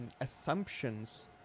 assumptions